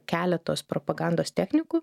keletos propagandos technikų